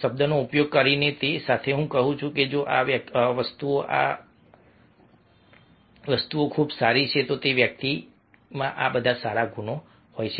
શબ્દોનો ઉપયોગ કરીને અને તે સાથે હું કહું છું કે જો આ વસ્તુઓ આ વસ્તુઓ ખૂબ જ સારી છે તો વ્યક્તિમાં આ બધા સારા ગુણો હોય છે